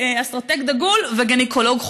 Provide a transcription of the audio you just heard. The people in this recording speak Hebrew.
אסטרטג דגול וגינקולוג חובב.